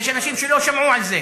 יש אנשים שלא שמעו על זה.